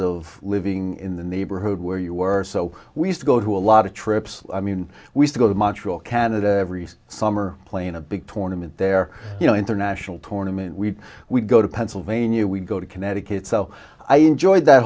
of living in the neighborhood where you were so we used to go to a lot of trips i mean we go to montreal canada every summer playing a big tournament there you know international tournament we we go to pennsylvania we go to connecticut so i enjoyed that